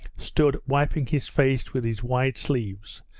stood wiping his face with his wide sleeves,